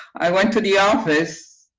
i went to the office,